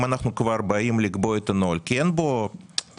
אם אנחנו כבר באים לקבוע את הנוהל כי אין בו ממש,